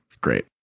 Great